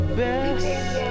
best